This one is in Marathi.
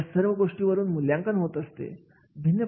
या सर्व गोष्टींवरून मूल्यांकन होत असते